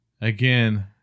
Again